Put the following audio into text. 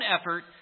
effort